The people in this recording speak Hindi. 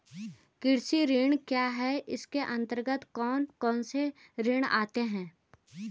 कृषि ऋण क्या है इसके अन्तर्गत कौन कौनसे ऋण आते हैं?